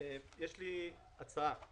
יש לי הצעה.